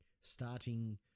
starting